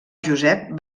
josep